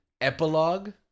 epilogue